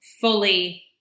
fully